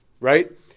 right